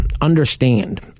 understand